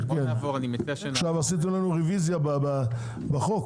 עכשיו עשיתם לנו רוויזיה בחוק,